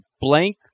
blank